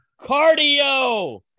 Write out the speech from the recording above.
cardio